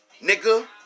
nigga